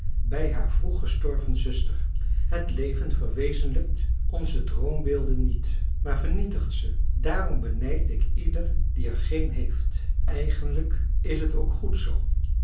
bij haar vroeg gestorven zuster het leven verwezentlijkt onze droombeelden niet maar vernietigt ze daarom benijd ik ieder die er geen heeft eigenlijk is het ook goed zoo